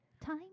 time